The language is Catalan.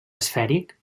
esfèric